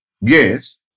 Yes